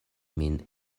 min